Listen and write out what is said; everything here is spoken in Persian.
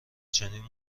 چنین